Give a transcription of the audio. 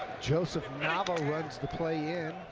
joseph nava runs the play in.